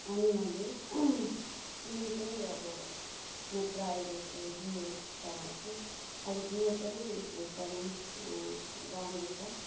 अनि मैले सिम चाहिँ अब म प्राय जस्तो जियो चलाउँछु अब जियो पनि एकदमै राम्रो छ